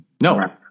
no